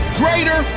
greater